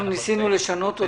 אנחנו ניסינו לשנות אותו.